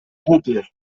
głupie